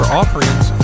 offerings